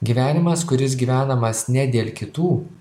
gyvenimas kuris gyvenamas ne dėl kitų